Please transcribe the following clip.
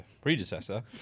predecessor